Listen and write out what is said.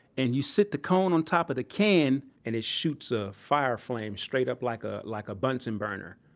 and you sit the cone on top of the can, and it shoots a fire flame straight up like ah like a bunsen burner.